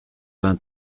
vingt